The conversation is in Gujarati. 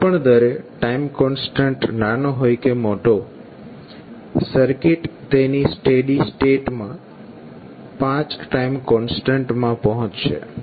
કોઈ પણ દરે ટાઈમ કોન્સ્ટન્ટ નાનો હોય કે મોટો સર્કિટ તેની સ્ટેડી સ્ટેટ માં 5 ટાઇમ કોન્સ્ટન્ટમાં પહોંચશે